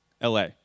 LA